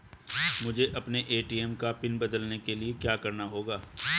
मुझे अपने ए.टी.एम का पिन बदलने के लिए क्या करना होगा?